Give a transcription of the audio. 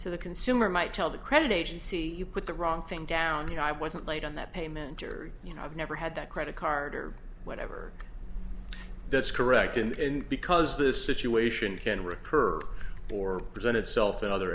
so the consumer might tell the credit agency you put the wrong thing down you know i wasn't late on that payment or you know i've never had that credit card or whatever that's correct in the end because this situation can recur or present itself in other